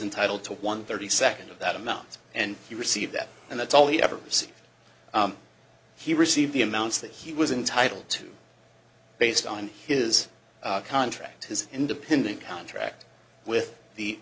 entitled to one thirty second of that amount and he received that and that's all he ever see he received the amounts that he was entitled to based on his contract his independent contract with the